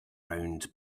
round